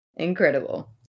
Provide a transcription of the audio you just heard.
Incredible